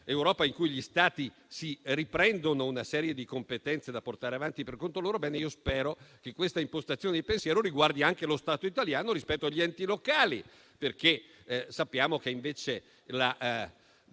in cui gli Stati si riprendono una serie di competenze, da portare avanti per conto loro, io spero che questa impostazione di pensiero riguardi anche lo Stato italiano rispetto agli enti locali. Sappiamo che, invece,